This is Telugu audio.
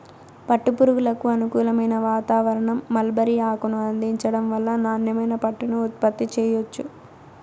పట్టు పురుగులకు అనుకూలమైన వాతావారణం, మల్బరీ ఆకును అందించటం వల్ల నాణ్యమైన పట్టుని ఉత్పత్తి చెయ్యొచ్చు